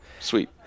sweet